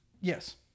Yes